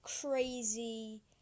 crazy